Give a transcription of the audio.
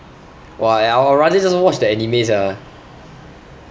!wah! I I will rather just watch the anime sia